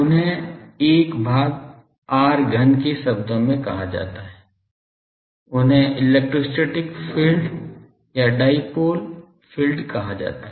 उन्हें 1 भाग r घन के शब्दों में कहा जाता है उन्हें इलेक्ट्रोस्टैटिक फील्ड या डायपोल फील्ड कहा जाता है